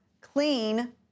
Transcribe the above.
clean